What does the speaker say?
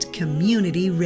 community